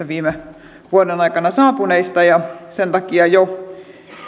viime vuoden aikana saapuneista tulee saamaan oleskeluluvan sen takia jo